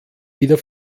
wieder